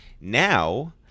Now